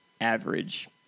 average